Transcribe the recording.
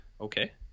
okay